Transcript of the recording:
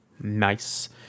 Nice